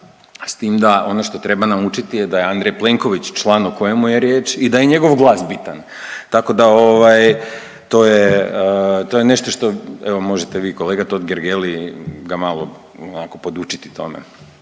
s tim da, ono što treba naučiti je da je Andrej Plenković član o kojemu je riječ i da je njegov glas bitan. Tako da to je nešto što evo možete vi kolega Totgergeli ga malo onako podučiti tome,